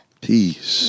Peace